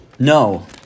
No